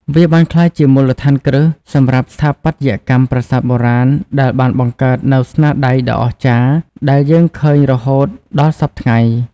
វាបានក្លាយជាមូលដ្ឋានគ្រឹះសម្រាប់ស្ថាបត្យកម្មប្រាសាទបុរាណដែលបានបង្កើតនូវស្នាដៃដ៏អស្ចារ្យដែលយើងឃើញរហូតដល់សព្វថ្ងៃ។